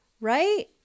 right